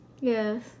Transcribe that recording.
Yes